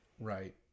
Right